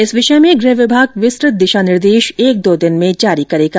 इस विषय में गृह विभाग विस्तृत दिशा निर्देश एक दो दिन में जारी करेगा